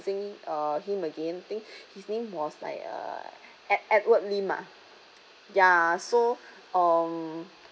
seeing um him again I think his name was like uh ed~ edward lim ah ya so um